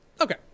Okay